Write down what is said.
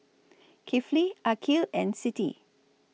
Kifli Aqil and Siti